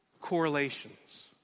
correlations